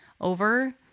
over